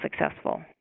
successful